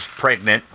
Pregnant